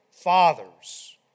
fathers